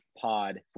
pod